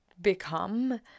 become